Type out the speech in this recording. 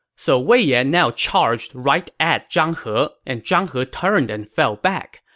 so wei yan now charged right at zhang he, and zhang he turned and fell back.